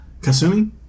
Kasumi